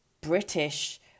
British